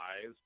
eyes